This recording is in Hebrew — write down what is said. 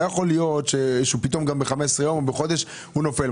שלא יכול להיות שב-15 ימים או בחודש הוא נופל.